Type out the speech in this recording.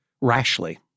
rashly